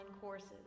courses